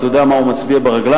אתה יודע מה הוא מצביע ברגליו?